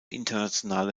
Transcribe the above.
internationale